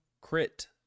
crit